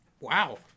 Wow